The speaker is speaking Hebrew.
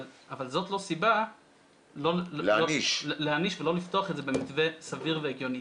זאת אבל לא סיבה להעניש ולא לפתוח את זה במתווה סביר והגיוני.